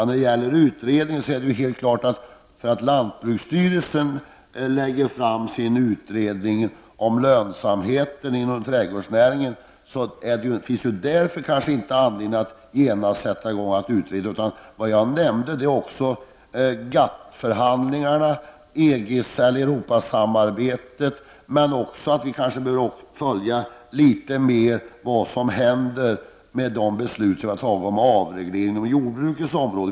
Herr talman! Detta att lantbruksstyrelsen lägger fram sin utredning om lönsamheten inom trädgårdsnäringen är ingen anledning att genast sätta i gång att utreda. Det jag nämnde var också Men vi bör kanske också följa lite mer vad som händer med de beslut som vi har fattat om avreglering på jordbrukets område.